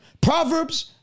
Proverbs